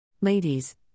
Ladies